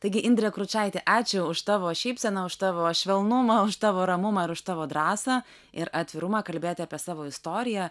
taigi indrė kručaitė ačiū už tavo šypseną už tavo švelnumą už tavo ramumą ir už tavo drąsą ir atvirumą kalbėti apie savo istoriją